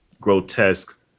grotesque